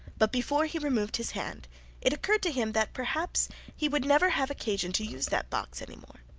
but before he removed his hand it occurred to him that perhaps he would never have occasion to use that box any more.